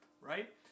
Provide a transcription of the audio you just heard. right